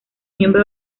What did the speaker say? miembro